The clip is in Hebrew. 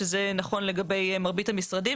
שזה נכון לגבי מרבית המשרדים.